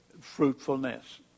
fruitfulness